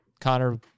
Connor